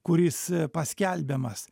kuris paskelbiamas